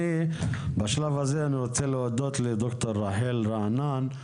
אני בשלב הזה אני רוצה להודות לדוקטור רחל רענן,